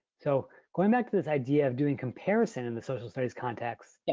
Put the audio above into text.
so going back to this idea of doing comparison in the social studies context, yeah